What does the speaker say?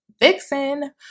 Vixen